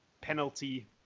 penalty